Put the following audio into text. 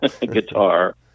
guitar